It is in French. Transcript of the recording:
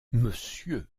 monsieur